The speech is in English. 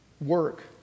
Work